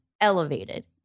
elevated